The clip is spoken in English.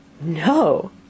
No